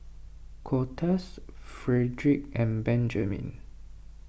Cortez Fredric and Benjiman